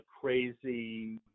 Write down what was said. crazy